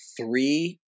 three